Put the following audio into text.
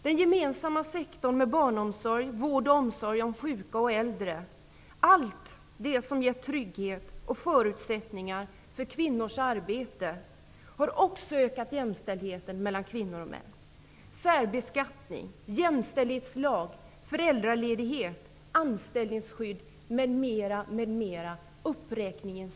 Den gemensamma sektorn med barnomsorg, vård av och omsorg om sjuka och äldre -- allt det som har gett trygghet och förutsättningar för kvinnors arbete -- har också ökat jämställdheten mellan kvinnor och män. Jag vill också ta särbeskattning, jämställdhetslag, föräldraledighet, anställningsskydd m.m. som exempel.